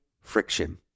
friction